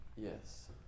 Yes